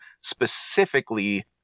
specifically